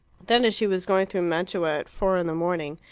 then, as she was going through mantua at four in the morning,